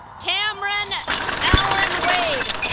cameron allen wade